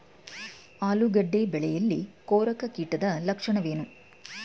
ಆಲೂಗೆಡ್ಡೆ ಬೆಳೆಯಲ್ಲಿ ಕೊರಕ ಕೀಟದ ಲಕ್ಷಣವೇನು?